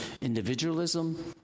individualism